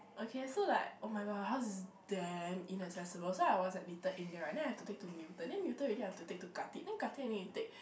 okay so like [oh]-my-god house is damn inaccessible so I was at Little-India right then I have to take to Newton then Newton already I have to take Khatib then Khatib I need to take